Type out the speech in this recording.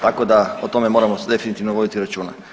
Tako da o tome moramo definitivno voditi računa.